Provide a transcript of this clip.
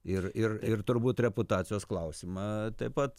ir ir ir turbūt reputacijos klausimą taip pat